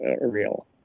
real